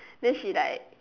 then she like